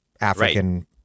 African